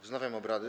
Wznawiam obrady.